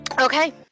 Okay